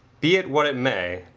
be it what it may,